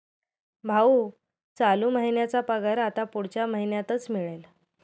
भाऊ, चालू महिन्याचा पगार आता पुढच्या महिन्यातच मिळेल